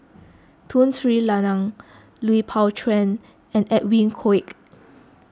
Tun Sri Lanang Lui Pao Chuen and Edwin Koek